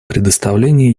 предоставление